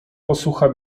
posucha